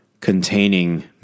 Containing